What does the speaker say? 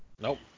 Nope